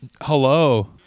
Hello